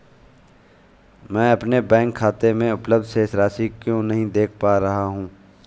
मैं अपने बैंक खाते में उपलब्ध शेष राशि क्यो नहीं देख पा रहा हूँ?